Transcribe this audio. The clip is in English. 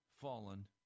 fallen